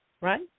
right